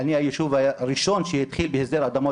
כל ההחלטות החדשות שהתקבלו לפני חודשיים,